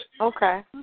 Okay